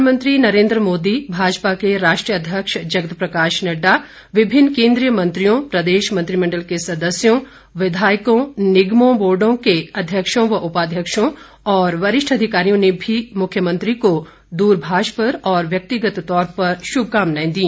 प्रधानमंत्री नरेन्द्र मोदी भाजपा के राष्ट्रीय अध्यक्ष जगत प्रकाश नड्डा विभिन्न केन्द्रीय मंत्रियों प्रदेश मंत्रिमण्डल के सदस्यों विघायकों निगमों बोर्डों के अध्यक्षों व उपाध्यक्षों और वरिष्ठ अधिकारियों ने भी मुख्यमंत्री को दूरभाष पर और व्यक्तिगत तौर पर शुभकामनाएं दी